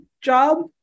job